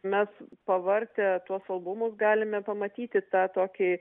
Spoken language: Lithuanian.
mes pavartę tuos albumus galime pamatyti tą tokį